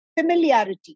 familiarity